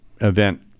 event